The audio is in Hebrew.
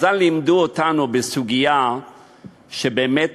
חז"ל לימדו אותנו שבסוגיה שאנחנו באמת